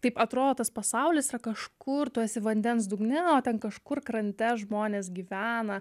taip atrodo tas pasaulis yra kažkur tu esi vandens dugne o ten kažkur krante žmonės gyvena